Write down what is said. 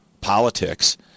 politics